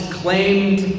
claimed